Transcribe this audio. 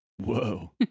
whoa